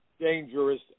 dangerous